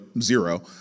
zero